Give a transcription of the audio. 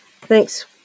thanks